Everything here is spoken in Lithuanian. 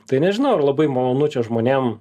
tai nežinau ar labai malonu čia žmonėm